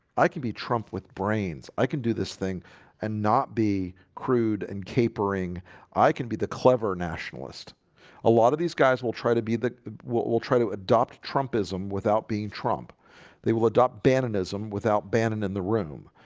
i can be trump with brains i can do this thing and not be crude and capering i can be the clever nationalist a lot of these guys will try to be the will try to adopt trumpism without being trump they will adopt bannen ism without banning in the room